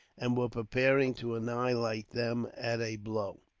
and were preparing to annihilate them at a blow.